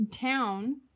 town